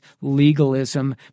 legalism